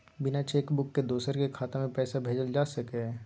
बिना cheque book के दोसर के खाता में पैसा भेजल जा सकै ये?